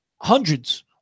hundreds